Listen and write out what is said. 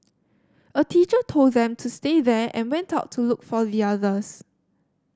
a teacher told them to stay there and went out to look for the others